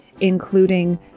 including